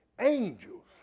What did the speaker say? angels